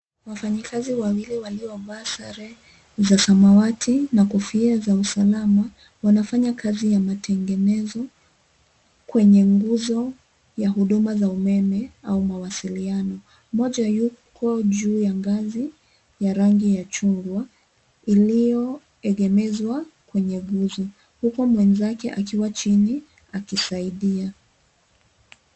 Wafanyikazi wawili waliovaa sare za samawati na kofia za usalama, wanafanya kazi za matengenezo kwenye nguzo ya huduma za umeme mawasiliano. Mmoja yuko juu ya ngazi ya rangi ya chungwa iliyoegemezwa kwenye nguzo huku mwenzake akiwa chini akisaidia.